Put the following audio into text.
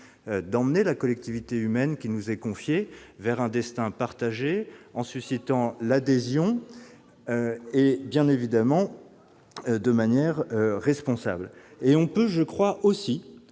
emmener la collectivité humaine qui nous est confiée vers un destin partagé en suscitant l'adhésion, bien évidemment de manière responsable. On peut aussi,